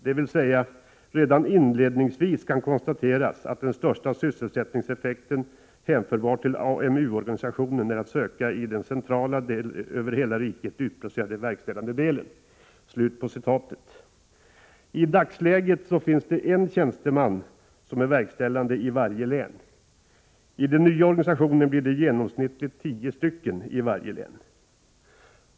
Dvs redan inledningsvis kan konstateras att den största sysselsättningseffekten hänförbar till AMU organisationen är att söka i den decentrala, över hela riket utplacerade verkställande delen.” I dagsläget finns en verkställande tjänsteman i varje län. I den nya organisationen blir det genomsnittligt tio i varje län.